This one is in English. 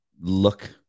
look